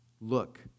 look